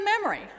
memory